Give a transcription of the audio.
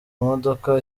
mudoka